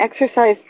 exercise